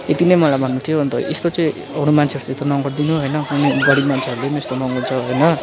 यति नै मलाई भन्नु थियो अन्त यस्तो चाहिँ अरू मान्छेहरूसित नगरिदिनु होइन कुनै गरिब मान्छेहरूले पनि यस्तो मगाउँछ होइन